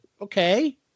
okay